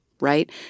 right